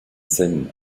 scène